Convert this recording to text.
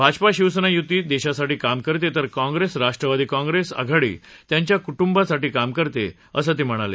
भाजपा शिवसेना युती देशासाठी काम करत आहे तर काँग्रेस राष्ट्रवादी काँग्रेस आघाडी त्यांच्या कुटुंबांसाठी काम करते असं ते म्हणाले